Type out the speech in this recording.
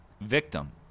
victim